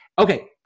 Okay